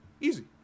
Easy